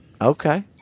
Okay